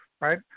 right